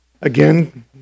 Again